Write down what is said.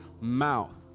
mouth